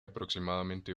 aproximadamente